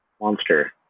monster